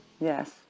Yes